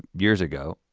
years ago,